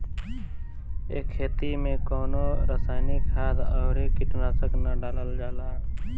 ए खेती में कवनो रासायनिक खाद अउरी कीटनाशक ना डालल जाला